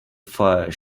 fire